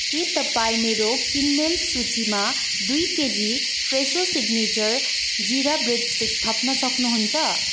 के तपाईँ मेरो किनमेल सूचीमा दुई KG Fresho signature jeera bread stick थप्न सक्नुहुन्छ